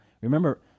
Remember